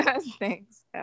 thanks